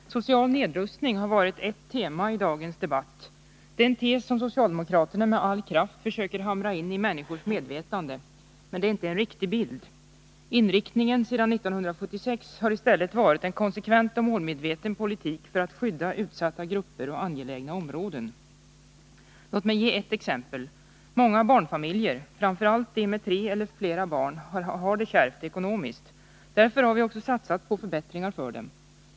Herr talman! Social nedrustning har varit ett tema i dagens debatt. Det är en tes som socialdemokraterna med all kraft försöker hamra in i människors medvetande. Men det är inte en riktig bild. Inriktningen sedan 1976 har i stället varit en konsekvent och målmedveten politik för att skydda utsatta grupper och angelägna områden. Låt mig ge ett exempel. Många barnfamiljer, framför allt de med tre eller fler barn, har det kärvt ekonomiskt. Därför har vi också satsat på förbättringar för dem.